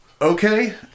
Okay